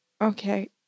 Okay